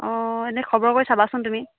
অঁ এনেই খবৰ কৰি চাবাচোন তুমি